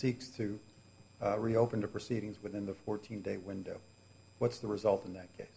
seeks to reopen the proceedings within the fourteen day window what's the result in that case